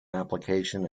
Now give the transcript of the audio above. application